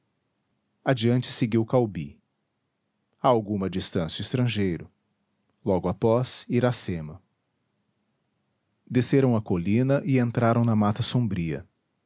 adiante seguiu caubi a alguma distância o estrangeiro logo após iracema desceram a colina e entraram na mata sombria